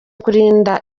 kurinda